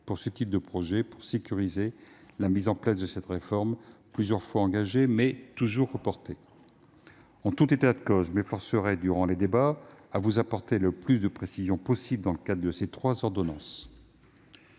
pour ce type de projet, afin de sécuriser la mise en place de cette réforme, plusieurs fois engagée, mais toujours reportée. En tout état de cause, je m'efforcerai, durant les débats, de vous apporter le plus de précisions possible sur le contexte de ces trois ordonnances.